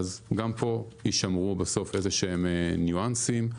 אז גם יישמרו בסוף איזשהם ניואנסים.